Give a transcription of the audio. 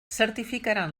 certificaran